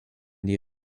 die